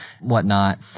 whatnot